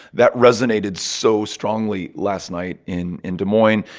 that resonated so strongly last night in in des moines,